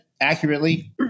accurately